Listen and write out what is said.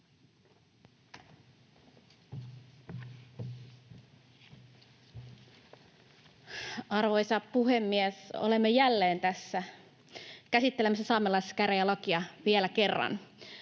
Arvoisa puhemies! Olemme jälleen tässä, käsittelemässä saamelaiskäräjälakia vielä kerran.